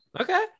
Okay